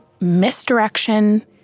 misdirection